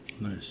Nice